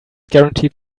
guaranteed